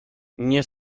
nie